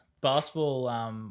basketball